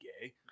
gay